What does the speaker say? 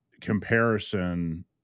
comparison –